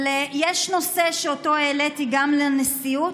אבל יש נושא שהעליתי גם לנשיאות,